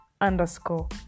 underscore